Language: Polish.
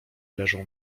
leżą